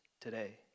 today